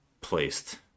placed